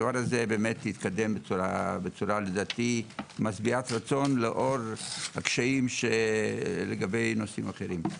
הדבר הזה באמת התקדם בצורה משביעת רצון לאור הקשיים לגבי נושאים אחרים.